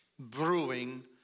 brewing